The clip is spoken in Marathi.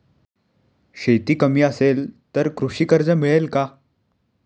शेती कमी असेल तर कृषी कर्ज मिळेल का?